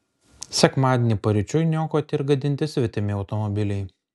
sekmadienį paryčiui niokoti ir gadinti svetimi automobiliai